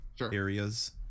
areas